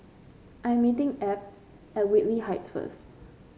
I am meeting Abb at Whitley Heights first